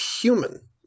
human